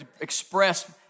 express